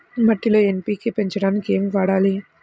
మట్టిలో ఎన్.పీ.కే పెంచడానికి ఏమి వాడాలి?